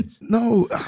No